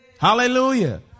Hallelujah